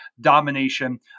domination